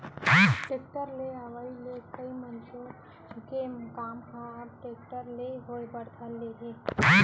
tractor के अवई ले लई मतोय के काम ह अब टेक्टर ले होय बर धर ले हावय